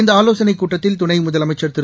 இந்த ஆலோசனைக் கூட்டத்தில் துணை முதலமைச்சர் திரு